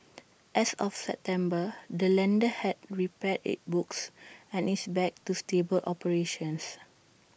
as of September the lender had repaired its books and is back to stable operations